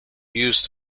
used